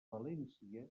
valència